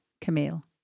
Camille